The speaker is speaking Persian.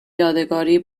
یادگاری